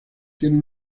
tiene